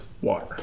water